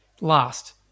Last